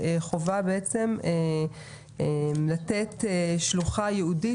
וחובה גם לתת שלוחה ייעודית,